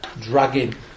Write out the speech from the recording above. dragging